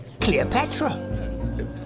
Cleopatra